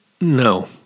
No